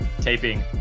taping